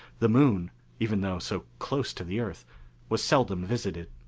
the moon even though so close to the earth was seldom visited.